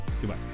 Goodbye